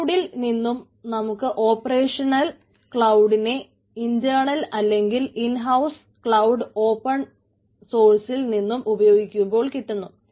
ക്ലൌഡിൽ നിന്നും നമുക്ക് ഓപ്പറേഷണൽ ക്ലൌഡിനെ ഇന്റേണൽ അല്ലെങ്കിൽ ഇൻഹൌസ് ക്ലൌഡ് ഓപ്പൺ സോഴ്സ്സിൽ നിന്നും ഉപയോഗികുമ്പോൾ കിട്ടുന്നു